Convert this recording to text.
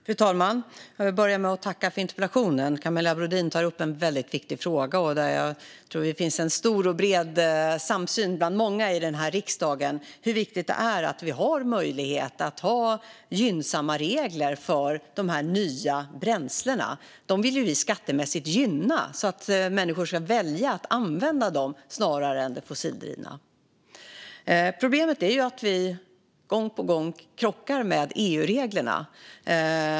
Fru talman! Jag vill börja med att tacka för interpellationen. Camilla Brodin tar upp en väldigt viktig fråga. Jag tror att det finns en bred samsyn bland många i riksdagen om hur viktigt det är att vi har möjlighet att ha gynnsamma regler för dessa nya bränslen. Vi vill gynna dem skattemässigt, så att människor väljer att använda dem snarare än de fossila. Problemet är att vi gång på gång krockar med EU-reglerna.